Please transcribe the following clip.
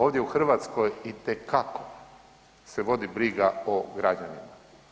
Ovdje u Hrvatskoj itekako se vodi briga o građanima.